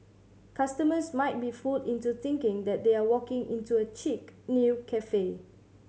customers might be fooled into thinking that they are walking into a chic new cafe